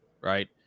Right